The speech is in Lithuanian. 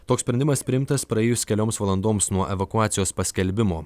toks sprendimas priimtas praėjus kelioms valandoms nuo evakuacijos paskelbimo